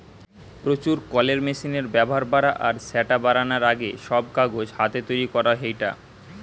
প্রচুর কলের মেশিনের ব্যাভার বাড়া আর স্যাটা বারানার আগে, সব কাগজ হাতে তৈরি করা হেইতা